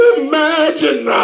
imagine